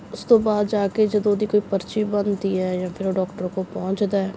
ਉਸ ਤੋਂ ਬਾਅਦ ਜਾ ਕੇ ਜਦੋਂ ਉਹਦੀ ਕੋਈ ਪਰਚੀ ਬਣਦੀ ਹੈ ਜਾਂ ਫੇਰ ਉਹ ਡਾਕਟਰ ਕੋਲ ਪਹੁੰਚਦਾ